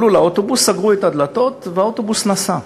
עלו לאוטובוס, סגרו את הדלתות והאוטובוס נסע.